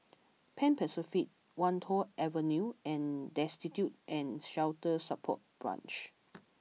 Pan Pacific Wan Tho Avenue and Destitute and Shelter Support Branch